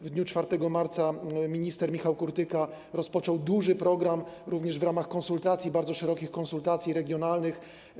W dniu 4 marca minister Michał Kurtyka rozpoczął duży program również w ramach bardzo szerokich konsultacji regionalnych.